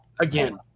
again